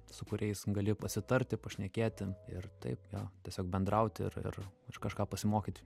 su kuriais gali pasitarti pašnekėti ir taip jo tiesiog bendrauti ir ir ir kažką pasimokyti